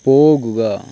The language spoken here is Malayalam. പോകുക